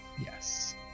Yes